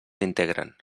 integren